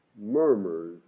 Murmurs